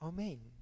Amen